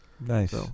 Nice